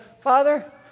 Father